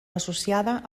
associada